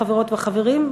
חברות וחברים,